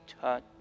touch